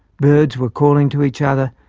birds were calling to each other,